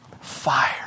Fire